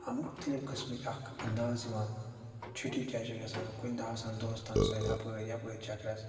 مُختَلِف قٕسمٕچ اَکھ انٛداز یِوان چھُٹی کیٛازِ چھِ گَژھان کُنہِ دۄہ آسان دوستَن سۭتۍ ہُپٲرۍ یَپٲرۍ چَکرَس